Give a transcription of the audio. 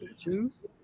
juice